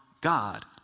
God